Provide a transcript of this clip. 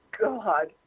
God